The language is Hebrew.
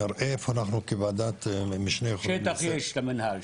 נראה איפה אנחנו כוועדת משנה --- שטח יש למנהל,